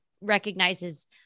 recognizes